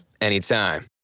anytime